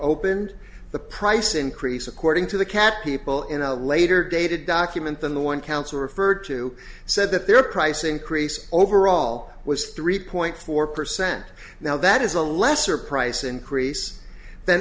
opened the price increase according to the cat people in a later data document than the one council referred to said that their price increase overall was three point four percent now that is a lesser price increase th